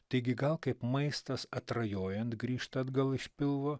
taigi gal kaip maistas atrajojant grįžta atgal iš pilvo